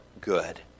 good